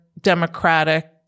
democratic